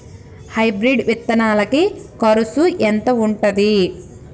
Hybrid విత్తనాలకి కరుసు ఎంత ఉంటది?